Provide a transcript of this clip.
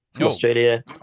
Australia